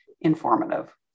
informative